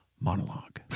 monologue